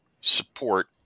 support